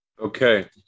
Okay